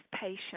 Patient